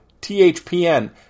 THPN